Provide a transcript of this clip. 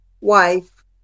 wife